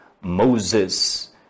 Moses